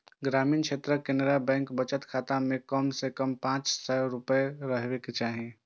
ग्रामीण क्षेत्रक केनरा बैंक बचत खाता मे कम सं कम पांच सय रुपैया रहबाक चाही